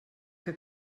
que